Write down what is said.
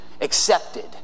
accepted